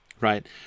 right